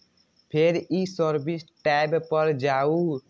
फेर ई service tab पर जाउ